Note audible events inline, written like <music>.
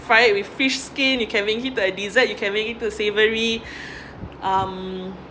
fry it with fish skin you can make it to a dessert you can make it to savoury <breath> um